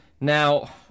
Now